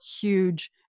huge